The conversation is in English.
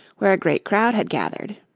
where a great crowd had gathered.